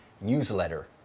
newsletter